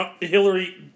Hillary